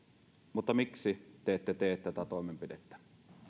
mutta miksi te ette tee tätä toimenpidettä